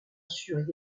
sur